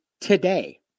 today